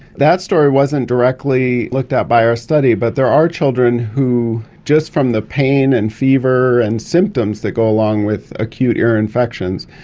that story wasn't directly looked at by our study but there are children who, just from the pain and fever and symptoms that go along with acute ear infections,